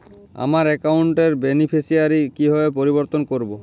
আমার অ্যাকাউন্ট র বেনিফিসিয়ারি কিভাবে পরিবর্তন করবো?